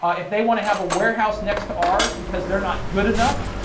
if they want to have a warehouse next to ours, because they're not good enough,